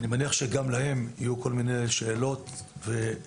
אני מניח שגם להם יהיו כל מיני שאלות ובקשות.